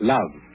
Love